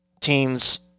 teams